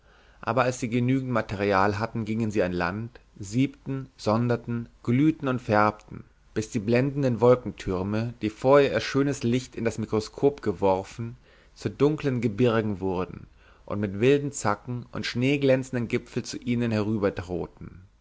aber als sie genügend material hatten gingen sie an land siebten sonderten glühten und färbten bis die blendenden wolkentürme die vorher ihr schönes licht in das mikroskop geworfen zu dunklen gebirgen wurden und mit wilden zacken und schneeglänzenden gipfeln zu ihnen